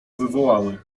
wywołały